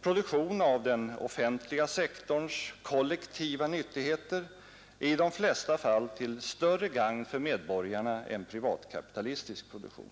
Produktion av den offentliga sektorns kollektiva nyttigheter är i de flesta fall till större gagn för medborgarna än privatkapitalistisk produktion.